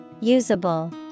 Usable